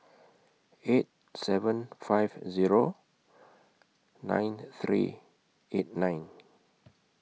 eight seven five Zero nine three eight nine